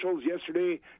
yesterday